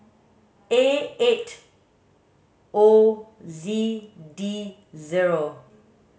A eight O Z D zero